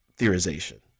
theorization